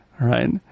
right